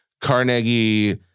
Carnegie